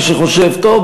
מי שחושב: טוב,